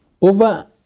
Over